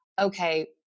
okay